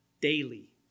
daily